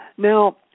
Now